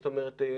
זאת אומרת,